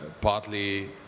partly